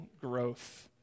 growth